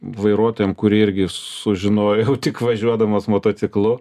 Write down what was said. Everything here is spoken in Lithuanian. vairuotojam kurį irgi sužinojau tik važiuodamas motociklu